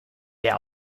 der